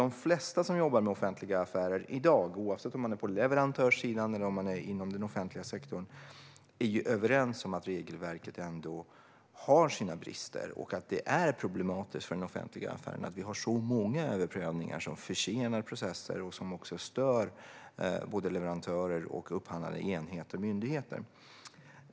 De flesta som jobbar med offentliga affärer i dag, oavsett om man är på leverantörssidan eller inom den offentliga sektorn, är överens om att regelverket har sina brister och att det är problematiskt för den offentliga affären att vi har så många överprövningar, som försenar processer och stör både leverantörer och upphandlande enheter och myndigheter.